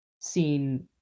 seen